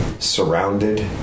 surrounded